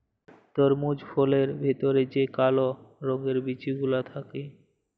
তরমুজ ফলের ভেতর যে কাল রঙের বিচি গুলা থাক্যে